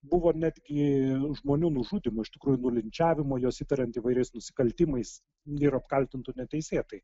buvo netgi žmonių nužudymų iš tikrųjų linčiavimų juos įtariant įvairiais nusikaltimais ir apkaltintų neteisėtai